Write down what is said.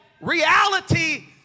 reality